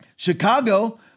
Chicago